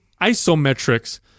isometrics